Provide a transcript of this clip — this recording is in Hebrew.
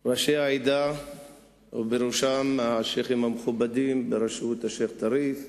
ראשי העדה ובראשם השיח'ים המכובדים בראשות השיח' טריף,